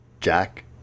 Jack